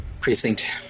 precinct